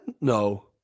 No